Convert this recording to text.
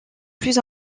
plus